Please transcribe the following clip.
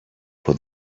for